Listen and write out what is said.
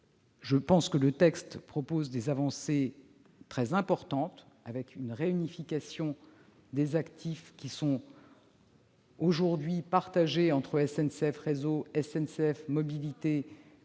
concitoyens. Ce texte comporte des avancées très importantes, avec une réunification des actifs qui sont aujourd'hui partagés entre SNCF Réseau et SNCF Mobilités,